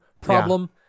Problem